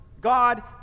God